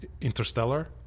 Interstellar